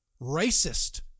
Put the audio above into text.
racist